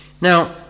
Now